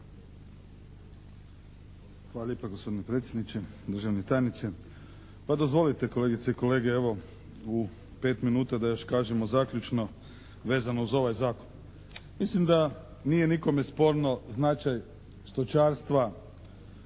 Hvala lijepa gospodine predsjedniče, državni tajniče. Pa dozvolite kolegice i kolege evo u pet minuta da još kažemo zaključno vezano uz ovaj zakon. Mislim da nije nikome sporno značaj stočarstva